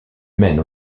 mène